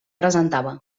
presentava